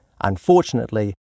Unfortunately